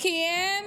כי הם